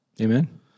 Amen